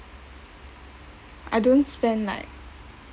I don't spend like